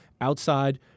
outside